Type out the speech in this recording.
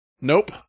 Nope